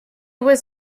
was